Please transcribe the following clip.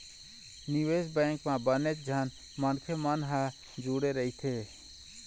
निवेश बेंक म बनेच झन मनखे मन ह जुड़े रहिथे